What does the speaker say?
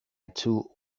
too